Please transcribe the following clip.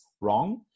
wrong